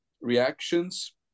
reactions